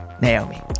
Naomi